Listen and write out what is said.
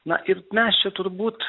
na ir mes čia turbūt